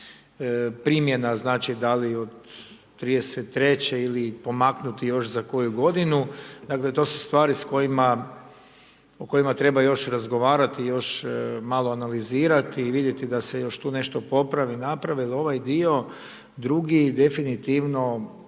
primjena, znači da li od 2033. ili pomaknuti još za koju godinu, dakle to su stvari o kojima treba još razgovarati, još malo analizirati, vidjeti da se još tu nešto popravi, napravi jer ovaj dio drugi definitivno